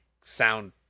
sound